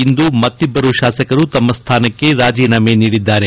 ಇಂದು ಮತ್ತಿಬ್ಬರು ತಾಸಕರು ತಮ್ನ ಸ್ವಾನಕ್ಕೆ ರಾಜೀನಾಮೆ ನೀಡಿದ್ದಾರೆ